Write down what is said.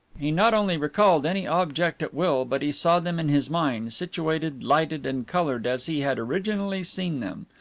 he not only recalled any object at will, but he saw them in his mind, situated, lighted, and colored as he had originally seen them.